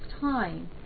time